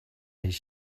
his